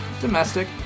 domestic